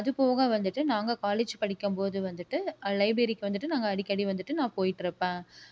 அதுபோக வந்துகிட்டு நாங்கள் காலேஜ் படிக்கும் போது வந்துகிட்டு லைப்ரரிக்கு வந்துகிட்டு நாங்கள் அடிக்கடி வந்துகிட்டு நான் போயிட்டு இருப்பேன்